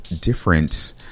different